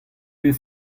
bet